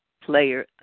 Player